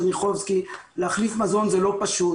צ'רניחובסקי להחליף מזון זה לא פשוט.